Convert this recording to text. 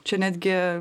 čia netgi